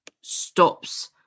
stops